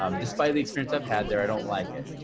um despite the experience i've had there, i don't like it,